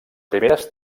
primeres